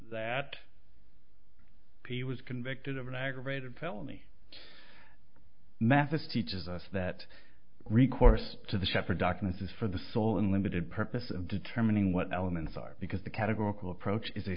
that he was convicted of an aggravated felony mathes teaches us that recourse to the shepherd documents is for the sole and limited purpose of determining what elements are because the categorical approach is